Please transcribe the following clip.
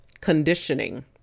conditioning